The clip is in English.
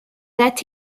that